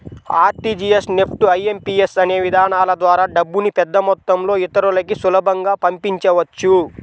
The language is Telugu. ఆర్టీజీయస్, నెఫ్ట్, ఐ.ఎం.పీ.యస్ అనే విధానాల ద్వారా డబ్బుని పెద్దమొత్తంలో ఇతరులకి సులభంగా పంపించవచ్చు